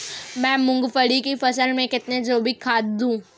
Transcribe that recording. मैं मूंगफली की फसल में कितनी जैविक खाद दूं?